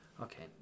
Okay